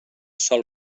sol